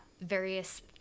various